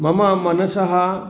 मम मनसः